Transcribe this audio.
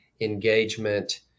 engagement